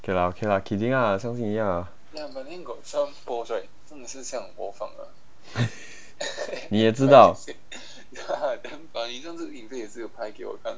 K lah okay lah kidding lah 你也知道